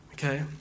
Okay